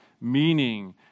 meaning